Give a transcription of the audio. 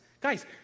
Guys